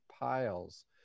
piles